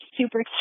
super